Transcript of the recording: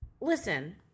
Listen